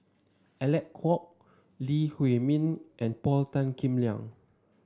Alec Kuok Lee Huei Min and Paul Tan Kim Liang